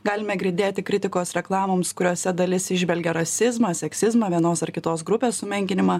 galime girdėti kritikos reklamoms kuriose dalis įžvelgia rasizmą seksizmą vienos ar kitos grupės sumenkinimą